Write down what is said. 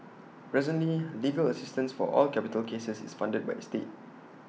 presently legal assistance for all capital cases is funded by the state